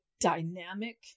dynamic